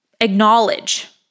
acknowledge